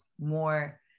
more